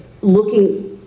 looking